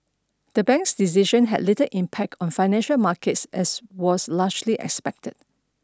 the bank's decision had little impact on financial markets as was largely expected